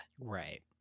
Right